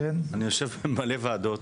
אני יושב במלא ועדות,